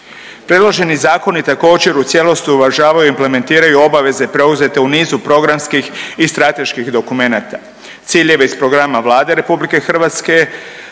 Predloženi zakoni također u cijelosti uvažavaju i implementiraju obaveze preuzete u nizu programskih i strateških dokumenata. Ciljeve iz programe Vlade RH za ovaj